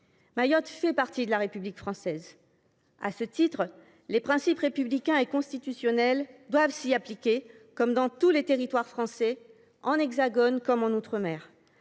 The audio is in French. Mayotte fait partie de la République française. À ce titre, les principes républicains et constitutionnels doivent s’y appliquer, comme dans tous les territoires français, dans l’Hexagone comme en outre mer.